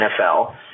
NFL